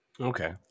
Okay